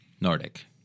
Nordic